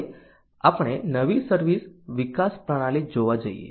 હવે આપણે નવી સર્વિસ વિકાસ પ્રણાલી જોવા જઈએ